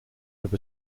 have